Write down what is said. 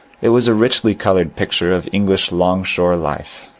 it was a richly coloured picture of english longshore life.